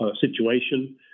situation